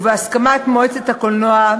ובהסכמת מועצת הקולנוע,